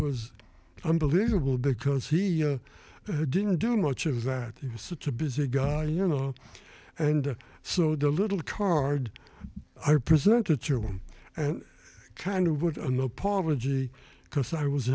was unbelievable because he you know didn't do much of that he was such a busy guy you know and so the little card i presented to him and kind of with an apology because i was